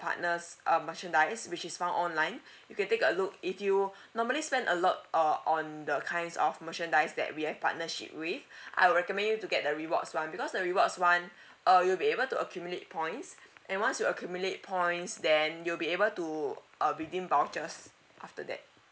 partners uh merchandise which is found online you can take a look if you normally spend a lot or on the kinds of merchandise that we have partnership with I will recommend you to get the rewards [one] because the rewards [one] uh you'll be able to accumulate points and once you accumulate points then you'll be able to uh redeem vouchers after that